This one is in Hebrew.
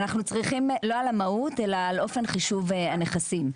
לא על המהות, אלא על אופן חישוב שווי הנכסים.